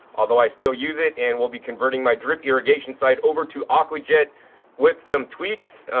although i still use it and will be converting my drip irrigation side over to aquajet with some tweaks.